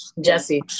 Jesse